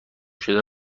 شده